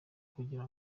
kugira